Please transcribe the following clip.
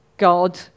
God